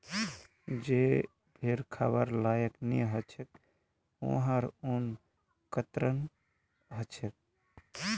जे भेड़ खबार लायक नई ह छेक वहार ऊन कतरन ह छेक